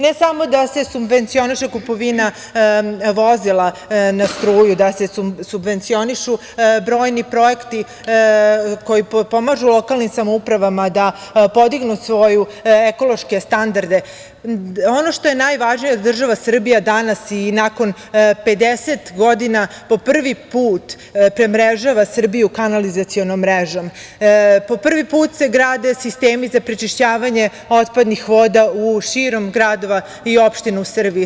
Ne samo da se subvencioniše kupovina vozila na struju, da se subvencionišu brojni projekti koji pomažu lokalnim samoupravama da podignu svoje ekološke standarde, ono što je najvažnije jeste da država Srbija danas, nakon 50 godina, po prvi put premrežava Srbiju kanalizacionom mrežom, po prvi put se grade sistemi za prečišćavanje otpadnih voda širom gradova i opština u Srbiji.